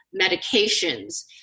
medications